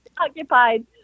occupied